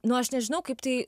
nu aš nežinau kaip tai